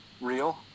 real